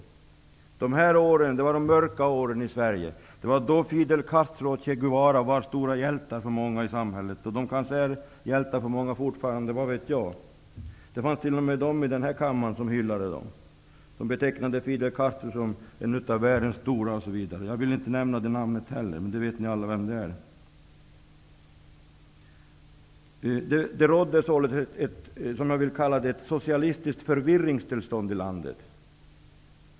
Det var de mörka åren i Sverige. Fidel Castro och Che Guevara var stora hjältar för många -- de kanske är hjältar än i dag. Det fanns t.o.m. ledamöter här i kammaren som hyllade dem och som betecknade Fidel Castro som en av världens stora. Jag vill inte nämna något namn, men alla vet vem det är. Det rådde ett socialistiskt förvirringstillstånd i landet.